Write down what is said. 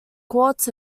quartz